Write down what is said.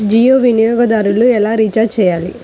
జియో వినియోగదారులు ఎలా రీఛార్జ్ చేయాలి?